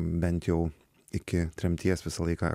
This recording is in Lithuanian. bent jau iki tremties visą laiką